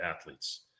athletes